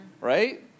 right